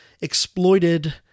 exploited